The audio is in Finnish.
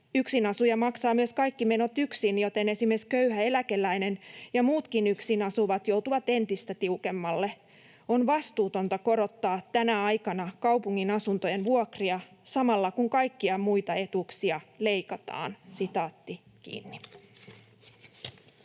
Yksinasuja maksaa myös kaikki menot yksin, joten esimerkiksi köyhä eläkeläinen ja muutkin yksin asuvat joutuvat entistä tiukemmalle. On vastuutonta korottaa tänä aikana kaupungin asuntojen vuokria samalla, kun kaikkia muita etuuksia leikataan.” Kiitoksia.